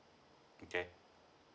okay